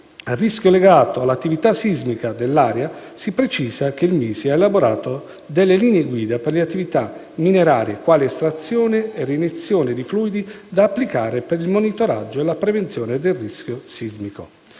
al rischio legato all'attività sismica dell'area, si precisa che il Ministero dello sviluppo economico ha elaborato delle linee guida per le attività minerarie quali estrazioni e reiniezione di fluidi, da applicare per il monitoraggio e la prevenzione del rischio sismico.